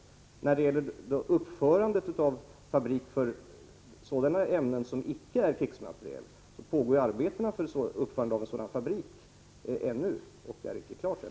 Det pågår fortfarande arbeten för uppförandet av en fabrik för sådana ämnen som icke är krigsmateriel, och dessa arbeten är inte slutförda än.